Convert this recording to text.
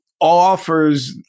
offers